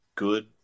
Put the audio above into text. good